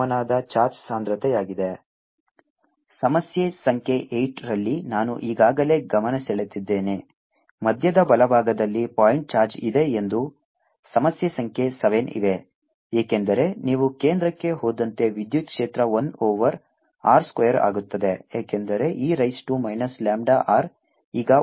ρ0 r C0e λrr2 ಸಮಸ್ಯೆ ಸಂಖ್ಯೆ 8 ರಲ್ಲಿ ನಾನು ಈಗಾಗಲೇ ಗಮನಸೆಳೆದಿದ್ದೇನೆ ಮಧ್ಯದ ಬಲಭಾಗದಲ್ಲಿ ಪಾಯಿಂಟ್ ಚಾರ್ಜ್ ಇದೆ ಎಂದು ಸಮಸ್ಯೆ ಸಂಖ್ಯೆ 7 ಇವೆ ಏಕೆಂದರೆ ನೀವು ಕೇಂದ್ರಕ್ಕೆ ಹೋದಂತೆ ವಿದ್ಯುತ್ ಕ್ಷೇತ್ರವು 1 ಓವರ್ r ಸ್ಕ್ವೇರ್ ಆಗುತ್ತದೆ ಏಕೆಂದರೆ E raise to minus lambda r ಈಗ 1 ಆಗುತ್ತದೆ